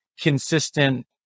consistent